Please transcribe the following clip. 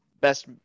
best